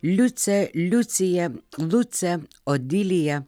liucę liuciją lucę odiliją